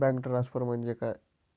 Bank transfer म्हणजे काय?